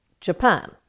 Japan